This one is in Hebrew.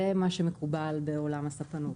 זה מה שמקובל בעולם הספנות.